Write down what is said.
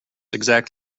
exact